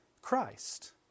Christ